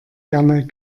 gerne